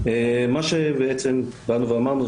מה שבאנו ואמרנו,